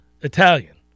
Italian